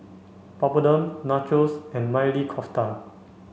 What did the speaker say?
Papadum Nachos and Maili Kofta